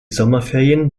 sommerferien